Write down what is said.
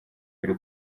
biri